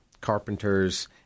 carpenters